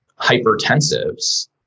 hypertensives